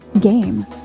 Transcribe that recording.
game